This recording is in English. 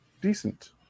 decent